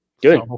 good